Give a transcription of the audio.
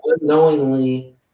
Unknowingly